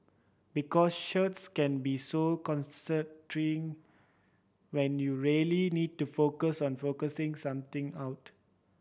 because shirts can be so when you really need to focus on focusing something out